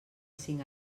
cinc